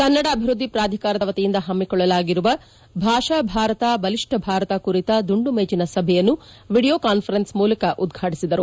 ಕನ್ನಡ ಅಭಿವೃದ್ಧಿ ಪ್ರಾಧಿಕಾರದ ವತಿಯಿಂದ ಪಮ್ಮಿಕೊಳ್ಳಲಾಗಿರುವ ಭಾಷಾ ಭಾರತ ಬಲಿಷ್ಠ ಭಾರತ ಕುರಿತ ದುಂಡುಮೇಜಿನ ಸಭೆಯನ್ನು ವಿಡಿಯೋ ಕಾನ್ಫರೆನ್ಸ್ ಮೂಲಕ ಉದ್ಘಾಟಿಸಿದರು